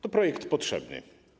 To projekt potrzebny.